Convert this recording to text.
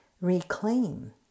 reclaim